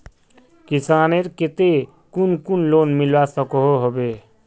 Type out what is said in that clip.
किसानेर केते कुन कुन लोन मिलवा सकोहो होबे?